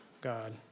God